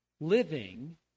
living